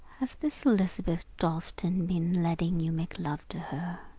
has this elizabeth dalstan been letting you make love to her?